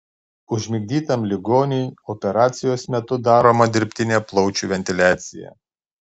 užmigdytam ligoniui operacijos metu daroma dirbtinė plaučių ventiliacija